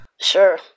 Sure